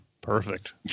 Perfect